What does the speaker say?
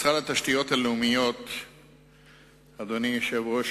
משרד התשתיות הלאומיות עוסק